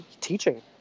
teaching